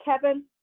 Kevin